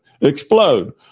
explode